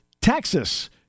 Texas